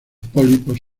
pólipos